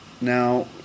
Now